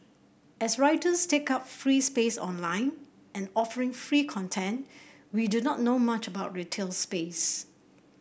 as writers take up free space online and offering free content we do not know much about retail space